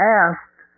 asked